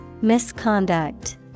Misconduct